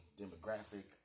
demographic